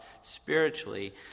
spiritually